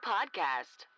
Podcast